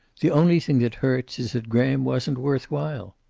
the only thing that hurts is that graham wasn't worth while.